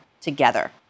together